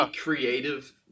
creative